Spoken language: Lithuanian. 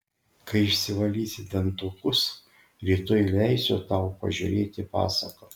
kai išsivalysi dantukus rytoj leisiu tau pažiūrėti pasaką